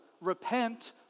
repent